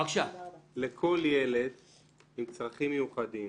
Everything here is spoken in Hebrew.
לכל ילד עם צרכים מיוחדים